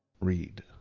read